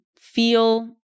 feel